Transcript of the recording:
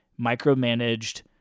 micromanaged